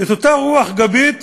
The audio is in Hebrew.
את אותה רוח גבית